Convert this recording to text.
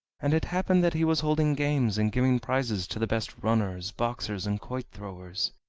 and it happened that he was holding games, and giving prizes to the best runners, boxers, and quoit-throwers.